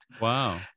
Wow